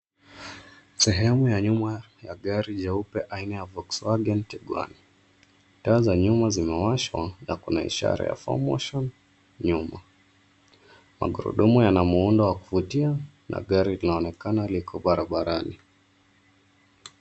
Sehemu ya nyuma ya gari jeupe aina ya Volwagen Tiguan, taa za nyuma zimewashwa na kuna ishara ya four motion nyuma. Magurudumu yana muundo wa kuvutia na gari linaonekana liko barabarani.